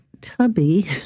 Tubby